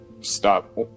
stop